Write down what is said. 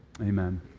amen